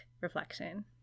Reflection